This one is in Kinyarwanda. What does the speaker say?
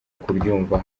kuryumva